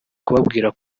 kubabwira